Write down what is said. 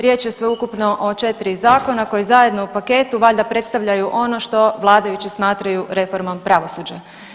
Riječ je sveukupno o 4 zakona koji zajedno u paketu valjda predstavljaju ono što vladajući smatraju reformom pravosuđa.